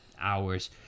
hours